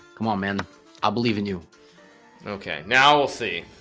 come on man i believe in you okay now we'll see